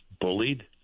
bullied